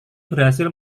berhasil